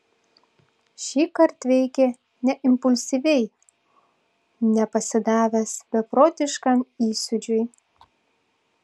šįkart veikė ne impulsyviai ne pasidavęs beprotiškam įsiūčiui